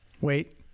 Wait